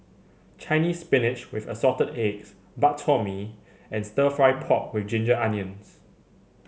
Chinese Spinach with Assorted Eggs Bak Chor Mee and stir fry pork with Ginger Onions